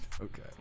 Okay